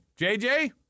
JJ